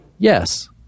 Yes